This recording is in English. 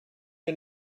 you